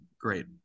great